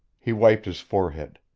he wiped his forehead.